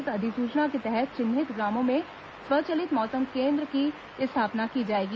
इस अधिसूचना के तहत चिन्हित ग्रामों में स्वचलित मौसम केन्द्र की स्थापना की जाएगी